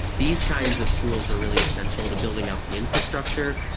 these kinds of tools are really essential to building out the infrastructure,